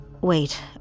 Wait